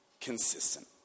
consistent